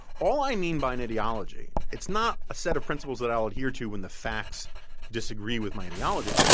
all i mean by an ideology, it's not a set of principles that i will adhere to when the facts disagree with my ideology.